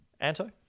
Anto